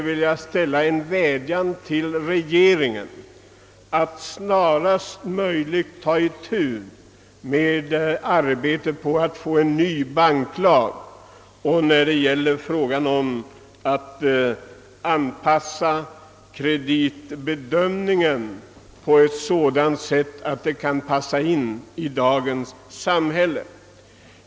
Men jag skulle vilja vädja till regeringen att snarast möjligt ta itu med arbetet för att få en ny banklag till stånd och för att anpassa kreditbedömningen till den situation som råder i dagens samhälle.